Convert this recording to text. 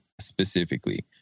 specifically